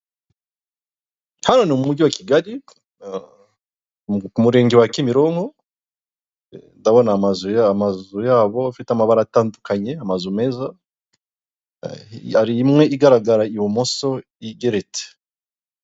Hano ni umujyi wa Kigali umurenge wa Kimironko ndabona amazu amazu yabo afite amabara atandukanye amazu meza imwe igaragara ibumoso igeretse.